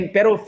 Pero